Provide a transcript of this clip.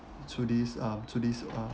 today's uh today's um